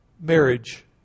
marriage